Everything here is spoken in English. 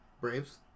Braves